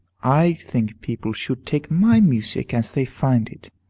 i think people should take my music as they find it.